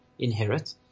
Inherit